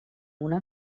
una